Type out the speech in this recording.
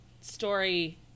story